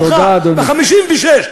ב-1956?